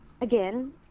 again